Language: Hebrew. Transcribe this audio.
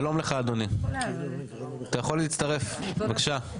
שלום לך אדוני, אתה יכול להצטרף בבקשה,